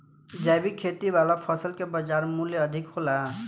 जैविक खेती वाला फसल के बाजार मूल्य अधिक होला